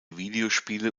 videospiele